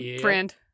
friend